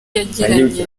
yagiranye